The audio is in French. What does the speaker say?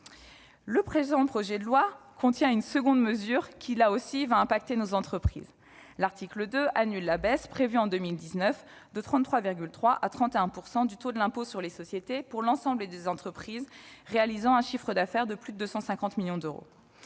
Le présent projet de loi contient une seconde mesure qui aura, elle aussi, un impact sur nos entreprises : son article 2 annule la baisse, prévue en 2019, de 33,3 % à 31 %, du taux de l'impôt sur les sociétés, pour l'ensemble des entreprises réalisant un chiffre d'affaires de plus de 250 millions d'euros.